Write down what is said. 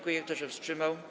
Kto się wstrzymał?